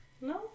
No